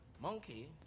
Monkey